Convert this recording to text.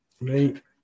Right